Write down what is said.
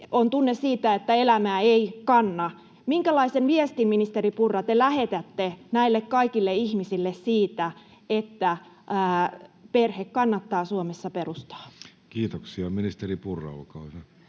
On tunne siitä, että elämä ei kanna. Minkälaisen viestin, ministeri Purra, te lähetätte näille kaikille ihmisille siitä, että perhe kannattaa Suomessa perustaa? [Speech 76] Speaker: Jussi Halla-aho